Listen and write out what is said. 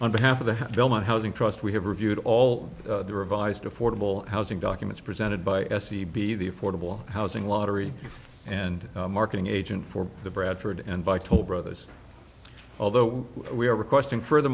on behalf of the belmont housing trust we have reviewed all the revised affordable housing documents presented by s e b the affordable housing lottery and marketing agent for the bradford and by toll brothers although we are requesting furthe